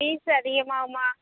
fees அதிகமாகுமா